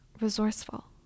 resourceful